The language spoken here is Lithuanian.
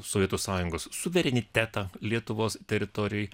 sovietų sąjungos suverenitetą lietuvos teritorijoj